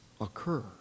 occur